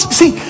see